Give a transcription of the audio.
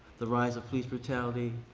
the rise of police brutality,